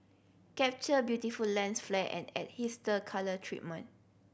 capture beautiful lens flare and add colour treatment